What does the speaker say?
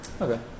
Okay